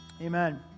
amen